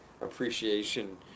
appreciation